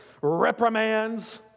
reprimands